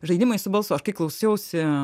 žaidimai su balsu aš kai klausiausi